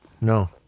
No